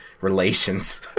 relations